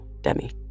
Demi